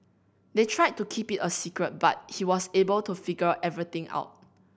they tried to keep it a secret but he was able to figure everything out